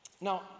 Now